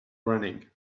running